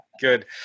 Good